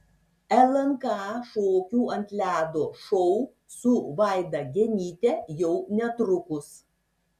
lnk šokių ant ledo šou su vaida genyte jau netrukus